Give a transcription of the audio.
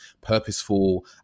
purposeful